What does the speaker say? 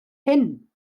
hyn